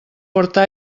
porta